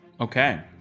Okay